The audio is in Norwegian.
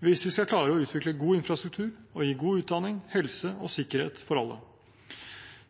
hvis vi skal klare å utvikle god infrastruktur og gi god utdanning, helse og sikkerhet til alle.